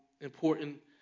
important